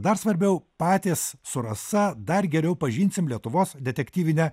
dar svarbiau patys su rasa dar geriau pažinsim lietuvos detektyvinę